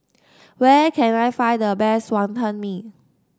where can I find the best Wonton Mee